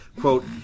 quote